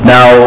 Now